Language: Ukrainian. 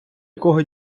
якого